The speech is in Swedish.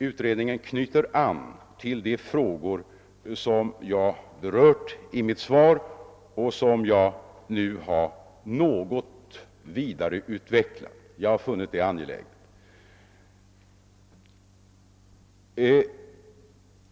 Utredningen anknyter till de frågor som jag berört i mitt svar och som jag nu något vidareutvecklat. Jag har funnit detta angeläget.